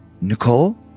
Nicole